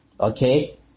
Okay